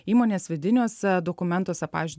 įmonės vidiniuose dokumentuose pavyzdžiui